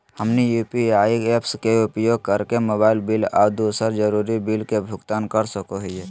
हमनी UPI apps के उपयोग करके मोबाइल बिल आ दूसर जरुरी बिल के भुगतान कर सको हीयई